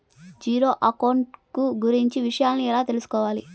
Zero account కు గురించి విషయాలను ఎలా తెలుసుకోవాలి?